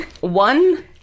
One